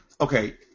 Okay